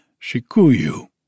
Shikuyu